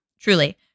Truly